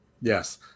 yes